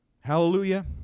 Hallelujah